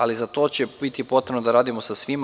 Ali, za to će biti potrebno da radimo sa svima.